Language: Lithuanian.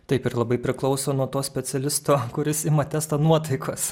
taip ir labai priklauso nuo to specialisto kuris ima testą nuotaikos